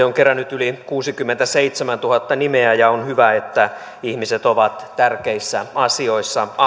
on kerännyt yli kuusikymmentäseitsemäntuhatta nimeä ja on hyvä että ihmiset ovat tärkeissä asioissa